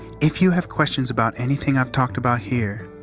if you have questions about anything i've talked about here,